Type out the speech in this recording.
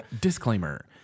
Disclaimer